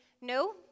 no